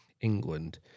England